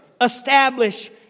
establish